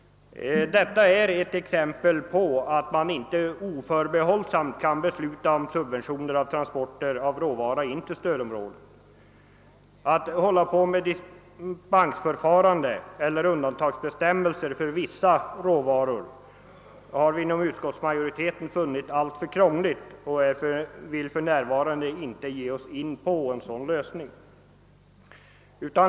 Detta är ett exempel på att man inte oförbehållsamt kan besluta att subventionera transporter av råvara in till stödområdet. Ett system med dispensförfarande eller undantagsbestämmelser för vissa råvaror har utskottsmajoriteten funnit alltför krångligt, och vi vill för närvarande inte tillgripa en sådan lösning.